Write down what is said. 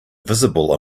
visible